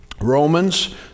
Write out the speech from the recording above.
Romans